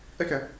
Okay